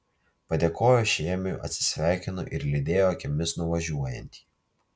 padėkojo šėmiui atsisveikino ir lydėjo akimis nuvažiuojantį